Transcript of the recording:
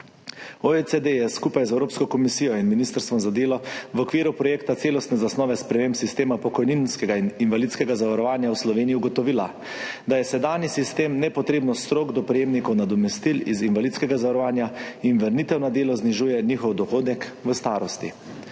OECD je skupaj z Evropsko komisijo in Ministrstvom za delo v okviru projekta celostne zasnove sprememb sistema pokojninskega in invalidskega zavarovanja v Sloveniji ugotovila, da je sedanji sistem nepotrebno strog do prejemnikov nadomestil iz invalidskega zavarovanja in vrnitev na delo znižuje njihov dohodek v starosti.